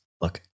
look